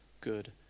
good